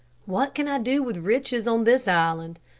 what can i do with riches on this island?